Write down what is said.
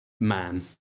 man